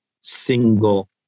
single